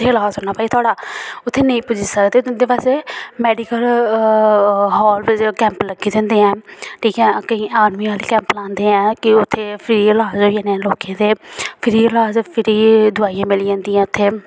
उत्थै इलाज चलना भाई तुआढ़ा उत्थेै नेई पुज्जी सकदे ते उन्दे वास्तै मेडिकल हाल दे जेहड़े कैंप लग्गे दे हुंदे ऐन ठीक ऐ केईं आर्मी आहले कैंप लांदे ऐ की उत्थै फ्री इलाज होई जाने लोकें दे फ्री इलाज फ्री दवाइयां मिली जंदियां उत्थे